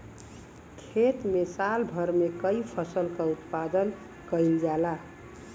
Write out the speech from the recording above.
खेत में साल भर में कई फसल क उत्पादन कईल जाला